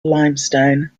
limestone